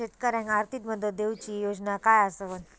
शेतकऱ्याक आर्थिक मदत देऊची योजना काय आसत?